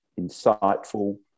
insightful